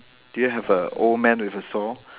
do you have a old man with a saw